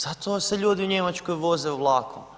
Zato se ljudi u Njemačkoj voze vlakom.